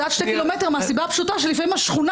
זה שני קילומטר מהסיבה הפשוטה שלפעמים בשכונה